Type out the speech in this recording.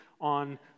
on